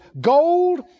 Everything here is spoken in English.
gold